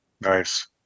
Nice